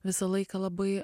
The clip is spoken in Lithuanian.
visą laiką labai